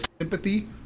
sympathy